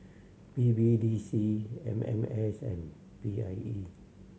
B B D C M M S and P I E